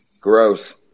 Gross